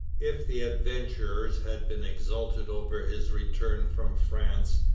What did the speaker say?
if the adventurers had been exultant over his return from france,